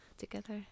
together